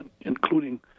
including